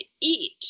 eat